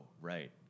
right